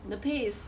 the pay is